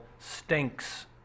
stinks